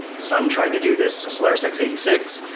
sun tried to do this solaris x eight six.